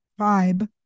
vibe